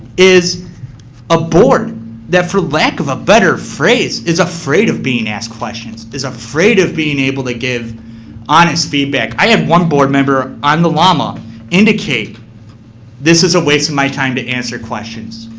is a board that for lack of a better phrase, is afraid of being asked questions, is afraid of being able to give honest feedback. i have one board member on the llama indicate this is a waste of my time to answer questions.